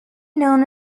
known